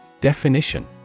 Definition